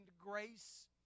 grace